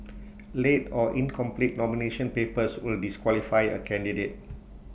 late or incomplete nomination papers will disqualify A candidate